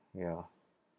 ya